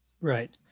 Right